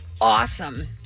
awesome